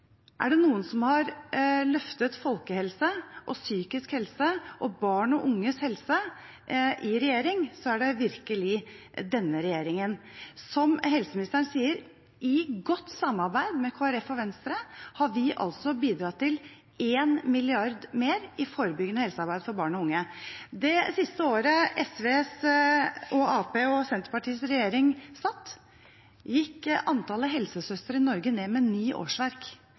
er det noen som har løftet folkehelse, psykisk helse og barn og unges helse i regjering, så er det virkelig denne regjeringen. Som helseministeren sier: I godt samarbeid med Kristelig Folkeparti og Venstre har vi bidratt til én milliard kroner mer i forebyggende helsearbeid for barn og unge. Det siste året SV, Arbeiderpartiet og Senterpartiets regjering satt, gikk antallet helsesøstre i Norge ned med ni årsverk.